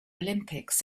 olympics